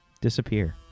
disappear